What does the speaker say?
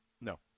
No